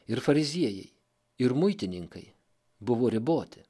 ir fariziejai ir muitininkai buvo riboti